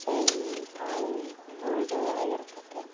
chain ತಾಳಿ gold ಆಗಿರ್ತದೆ